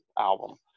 album